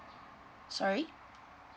sorry